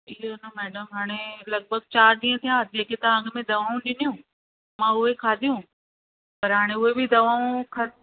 थी वियो न मैडम हाणे लॻभॻि चारि ॾींहं थिया जे के तव्हां हुन में दवाऊं ॾिनियूं मां उहे खाधियूं पर हाणे उहे बि दवाऊं ख